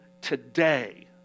today